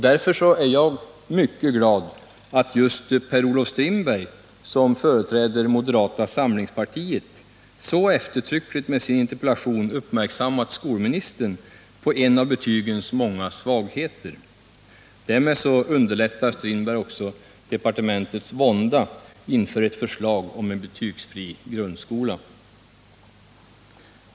Därför är jag mycket glad över att just Per-Olof Strindberg, som företräder moderata samlingspartiet, med sin interpellation så eftertryckligt har gjort skolministern uppmärksam på en av betygens många svagheter. Därmed lindrar Per-Olof Strindberg också departementets vånda inför ett förslag om en betygsfri grundskola.